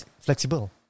Flexible